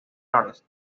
noroeste